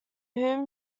whom